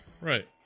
right